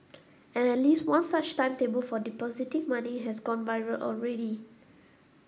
and at least one such timetable for depositing money has gone viral already